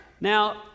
Now